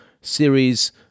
series